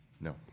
no